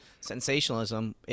sensationalism